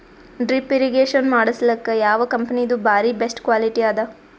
Drip irrigation ಮಾಡಸಲಕ್ಕ ಯಾವ ಕಂಪನಿದು ಬಾರಿ ಬೆಸ್ಟ್ ಕ್ವಾಲಿಟಿ ಅದ?